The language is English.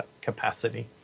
capacity